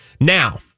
Now